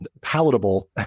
palatable